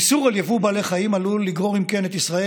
איסור על יבוא בעלי חיים עלול לגרור את ישראל